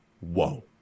Whoa